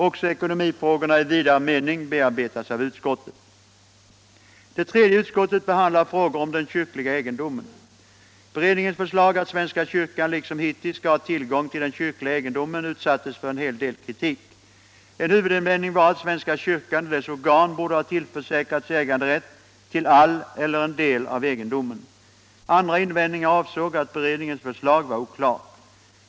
Också ekonomifrågorna i vidare mening bearbetas av utskottet. Det tredje utskottet behandlar frågor om den kyrkliga egendomen. Beredningens förslag att svenska kyrkan liksom hittills skall ha tillgång till den kyrkliga egendomen utsattes för en hel del kritik. En huvudinvändning var att svenska kyrkan eller dess organ borde ha tillförsäkrats äganderätt till all eller en del av egendomen. Andra invändningar avsåg att beredningens förslag var oklart.